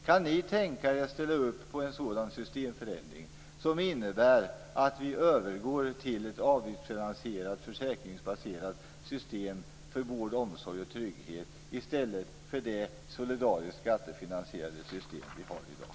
Kan ni tänka er att ställa er bakom en sådan systemförändring som innebär att man övergår till ett avgiftsfinansierat försäkringsbaserat system för vård, omsorg och trygghet i stället för det solidariska skattefinansierade system som vi har i dag?